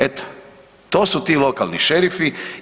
Eto to su ti lokalni šerifi.